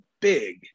big